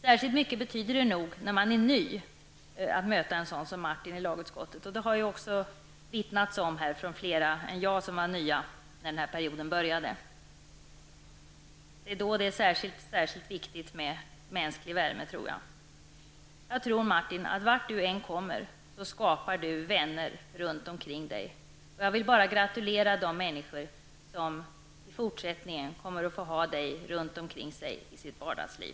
Särskilt mycket betyder det nog när man är ny att möta en sådan som Martin i lagutskottet. Det har också omvittnats av fler än jag som var nya när den här mandatperioden började. Då är det särskilt viktigt med mänsklig värme, tror jag. Vart du än kommer, Martin, skapar du vänner omkring dig. Jag vill bara gratulera de människor som i fortsättningen kommer att få ha dig omkring sig i sina vardagsliv.